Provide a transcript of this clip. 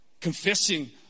confessing